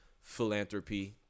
philanthropy